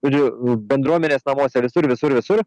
žodžiu bendruomenės namuose ir visur visur visur